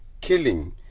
killing